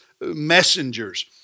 messengers